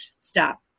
stop